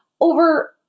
over